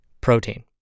protein